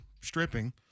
stripping